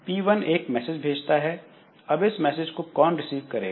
P1 एक message भेजता है अब इस मैसेज को कौन रिसीव करेगा